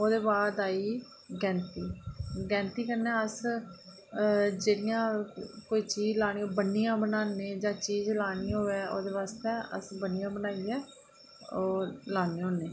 ओहदे बाद आई गेई गैंथी गैंथी कन्नै अस जेहड़ियां कोई चीज लानी ओह् बन्नियां बनान्ने जां चीज लानी होऐ ओह्दे वास्तै अस बन्नियां बनाइयै ओह् लान्ने होन्ने